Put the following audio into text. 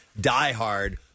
diehard